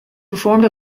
performed